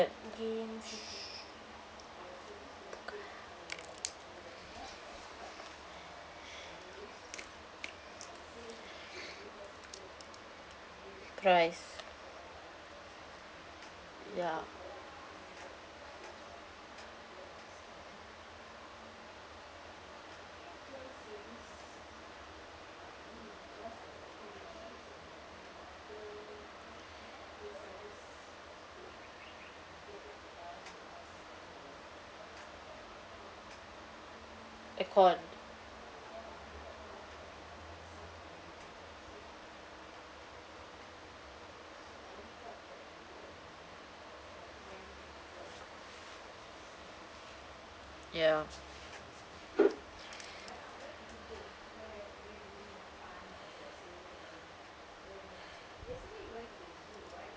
price ya aircon ya